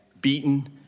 beaten